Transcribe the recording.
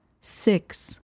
six